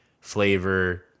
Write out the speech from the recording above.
flavor